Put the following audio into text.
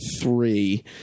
three